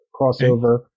crossover